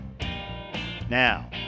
Now